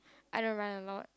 I don't run a lot